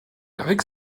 avec